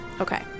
Okay